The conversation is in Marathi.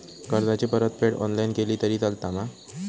कर्जाची परतफेड ऑनलाइन केली तरी चलता मा?